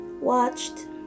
watched